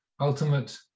ultimate